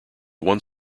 one